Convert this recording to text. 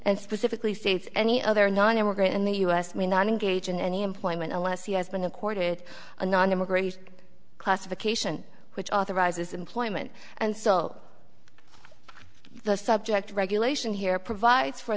and specifically states any other nonimmigrant in the u s may not engage in any employment unless he has been accorded a non immigration classification which authorizes employment and so the subject of regulation here provides for